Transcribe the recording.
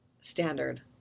standard